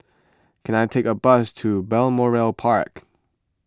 can I take a bus to Balmoral Park